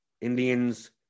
Indians